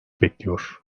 bekliyor